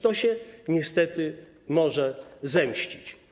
To się niestety może zemścić.